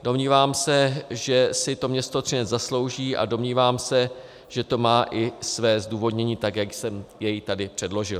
Domnívám se, že si to město Třinec zaslouží, a domnívám se, že to má i své zdůvodnění, tak jak jsem jej tady předložil.